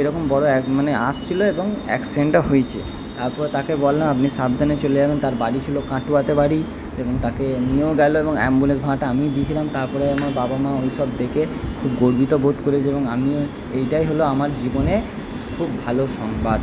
এরকম বড়ো মানে আসছিলো এবং অ্যাক্সিডেন্টটা হয়েছে তারপর তাকে বললাম আপনি সাবধানে চলে যাবেন তার বাড়ি ছিল কাটোয়াতে বাড়ি এবং তাকে নিয়েও গেলো এবং অ্যাম্বুলেন্স ভাড়াটা আমিই দিয়েছিলাম তারপরে আমার বাবা মা ওই সব দেখে খুব গর্বিত বোধ করেছে এবং আমিও এটাই হলো আমার জীবনে খুব ভালো সংবাদ